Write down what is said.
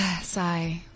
sigh